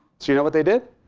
so you know what they did?